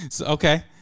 Okay